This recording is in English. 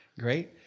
Great